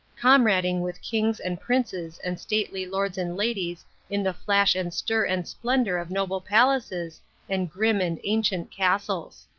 comrading with kings and princes and stately lords and ladies in the flash and stir and splendor of noble palaces and grim and ancient castles.